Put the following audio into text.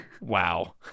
Wow